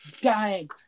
Dying